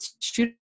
shoot